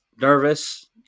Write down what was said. nervous